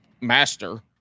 Master